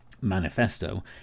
manifesto